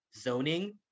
zoning